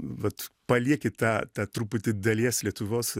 vat palieki tą tą truputį dalies lietuvos